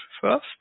first